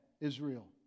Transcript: Israel